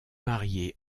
mariée